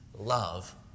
love